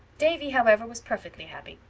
davy, however, was perfectly happy.